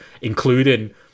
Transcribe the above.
including